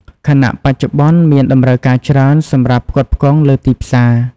ខណៈបច្ចុប្បន្នមានតម្រូវការច្រើន សម្រាប់ផ្គត់ផ្គង់លើទីផ្សារ។